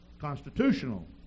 constitutional